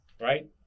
Right